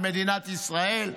על מדינת ישראל.